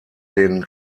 den